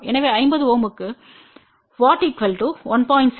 எனவே 50 Ω க்கு w 1